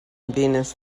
venice